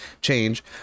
change